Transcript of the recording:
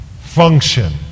function